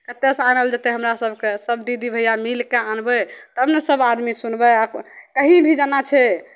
कतयसँ आनल जेतै हमरासभके सभ दीदी भैया मिलि कऽ आनबै तब ने सभ आदमी सुनबै कहीँ भी जाना छै